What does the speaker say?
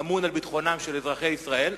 אמון על ביטחונם של אזרחי ישראל,